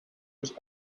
was